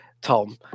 Tom